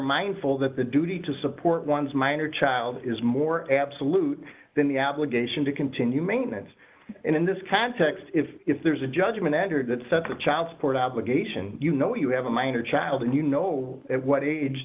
mindful that the duty to support one's minor child is more absolute than the application to continue maintenance and in this context if there's a judgment entered that set the child support obligation you know you have a minor child and you know at what age